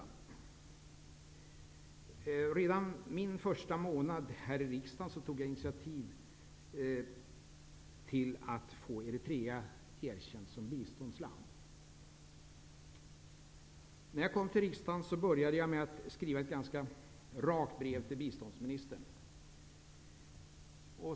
Ja, redan under min första månad här i riksdagen tog jag initiativ till ett erkännande av Eritrea som biståndsland. Jag började med att skriva ett ganska rakt brev till biståndsministern.